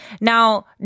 Now